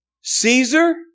Caesar